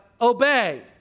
obey